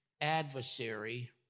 adversary